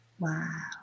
Wow